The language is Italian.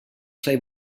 sei